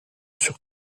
sur